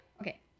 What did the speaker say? okay